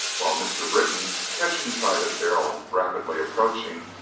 while mr. britton, catching sight of darrell rapidly approaching,